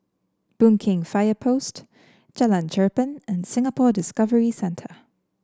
Boon Keng Fire Post Jalan Cherpen and Singapore Discovery Centre